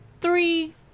three